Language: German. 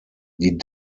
die